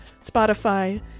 Spotify